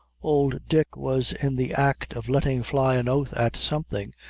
old dick was in the act of letting fly an oath at something,